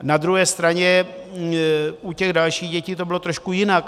Na druhé straně u těch dalších dětí to bylo trošku jinak.